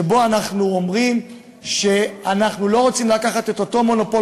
שאנחנו אומרים שאנחנו לא רוצים לקחת את אותו מונופול